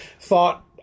thought